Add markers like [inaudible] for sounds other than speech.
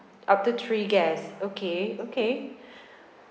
up to three guests okay okay [breath]